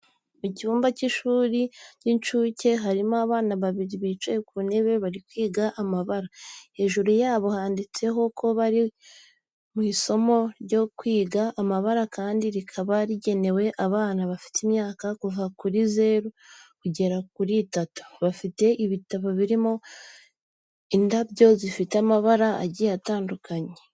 Mu cyumba cy'ishuri ry'inshuke harimo abana babiri bicaye ku ntebe bari kwiga amabara. Hejuru yabo handitseho ko bari mu isomo ryo kwiga amabara kandi rikaba rigenewe abana bafite imyaka kuva kuri zeru kugera kuri itatu. Bafite ibitabo birimo indabyo zifite amabara agiye atandukanye.